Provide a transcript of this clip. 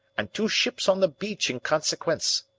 and two ships on the beach in consequence.